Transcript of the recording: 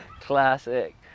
Classic